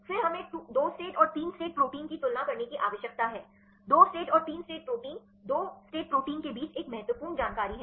फिर हमें 2 स्टेट और 3 स्टेट प्रोटीन की तुलना करने की आवश्यकता है 2 स्टेट और 3 स्टेट प्रोटीन 2 राज्य प्रोटीन के बीच एक महत्वपूर्ण जानकारी है